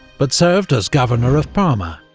but served as governor of parma,